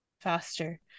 faster